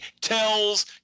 tells